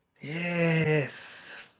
Yes